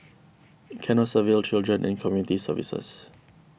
Canossaville Children and Community Services